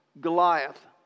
Goliath